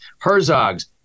Herzogs